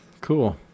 Cool